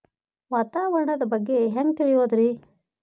ವಾತಾವರಣದ ಬಗ್ಗೆ ಹ್ಯಾಂಗ್ ತಿಳಿಯೋದ್ರಿ?